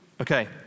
Okay